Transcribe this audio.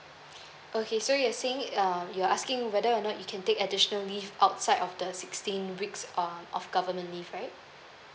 okay so you're saying it um you're asking whether or not you can take additional leave outside of the sixteen weeks um of government leave right